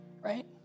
Right